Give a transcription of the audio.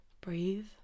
breathe